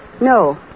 No